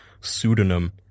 pseudonym